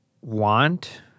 want